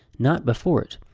not before it.